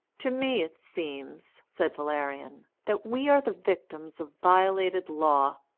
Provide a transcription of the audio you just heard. to me it seems, said valerian, that we are the victims of violated law.